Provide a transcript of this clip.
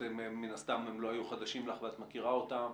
אז הם מן הסתם לא היו חדשים לך ואת מכירה אותם.